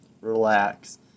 relax